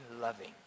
loving